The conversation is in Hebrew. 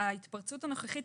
ההתפרצות הנוכחית,